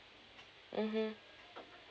mmhmm